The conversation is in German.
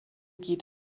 geht